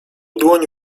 dłoń